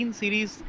series